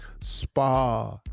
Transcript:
spa